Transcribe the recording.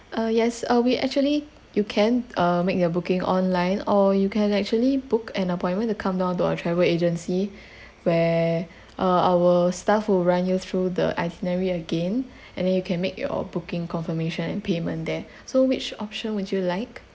uh yes uh we actually you can uh make the booking online or you can actually book an appointment to come down to our travel agency where uh our staff will run you through the itinerary again and then you can make your booking confirmation and payment there so which option would you like